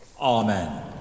Amen